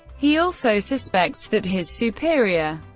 he also suspects that his superior,